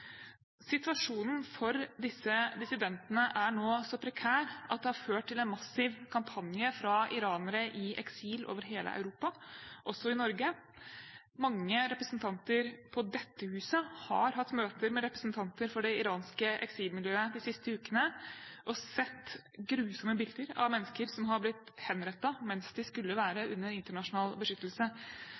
Situasjonen for disse dissidentene er nå så prekær at det har ført til en massiv kampanje fra iranere i eksil over hele Europa, også i Norge. Mange representanter på dette huset har hatt møter med representanter for det iranske eksilmiljøet de siste ukene og sett grusomme bilder av mennesker som har blitt henrettet, mens de skulle vært under internasjonal beskyttelse.